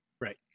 right